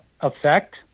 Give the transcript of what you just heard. effect